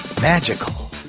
magical